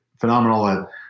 phenomenal